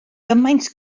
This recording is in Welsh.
gymaint